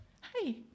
Hi